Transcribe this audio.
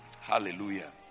Hallelujah